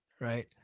right